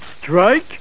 strike